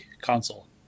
console